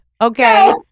Okay